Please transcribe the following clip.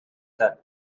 that